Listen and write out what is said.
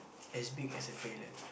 as big as a trailer